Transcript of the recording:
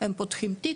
הם פותחים תיק,